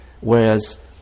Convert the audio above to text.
Whereas